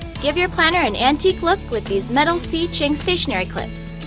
give your planner an antique look with these metal c. ching stationery clips!